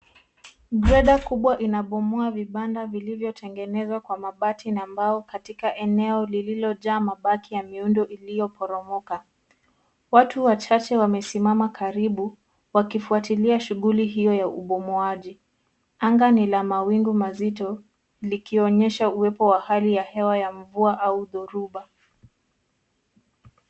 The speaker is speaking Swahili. Greda kubwa inabomoa vibanda vilivyotengenezwa kwa mabati na mbao katika eneo lililojaa mabaki ya miundo iliyoporomoka. Watu wachache wamesimama karibu, wakifuatilia shughuli hiyo ya ubomoaji, anga ni la mawingu mazito, likionyesha uwepo wa hali ya hewa ya mvua au dhoruba.